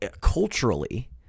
culturally